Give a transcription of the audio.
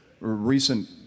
recent